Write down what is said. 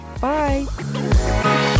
Bye